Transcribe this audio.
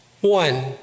One